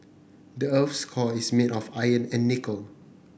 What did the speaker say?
the earth's core is made of iron and nickel